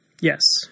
Yes